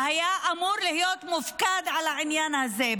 שהיה אמור להיות מופקד על העניין הזה.